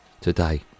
today